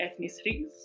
ethnicities